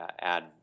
add